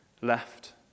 left